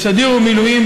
בסדיר ובמילואים,